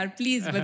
please